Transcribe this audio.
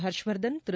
Harshvardhan Thiru